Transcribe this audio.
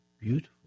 beautiful